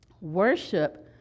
Worship